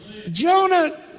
Jonah